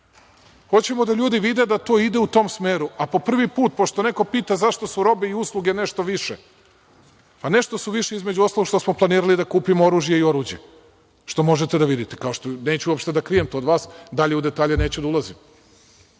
Hoćemo da ljudi vide da to ide u tom smeru, a po prvi put, pošto neko pita – zašto su robe i usluge nešto više, nešto su više, između ostalog, što smo planirali da kupimo oružje i oruđe, što možete da vidite. Neću uopšte to da krijem od vas. Dalje u detalje neću da ulazim. To,